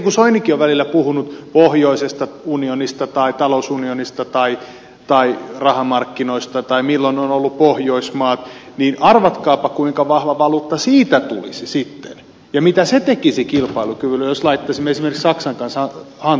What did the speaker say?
kun soinikin on välillä puhunut pohjoisesta unionista tai talousunionista tai rahamarkkinoista tai milloin on ollut pohjoismaat niin arvatkaapa kuinka vahva valuutta siitä tulisi sitten ja mitä se tekisi kilpailukyvylle jos laittaisimme esimerkiksi saksan kanssa yhteen